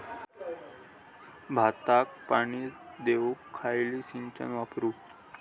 भाताक पाणी देऊक खयली सिंचन वापरू?